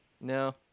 No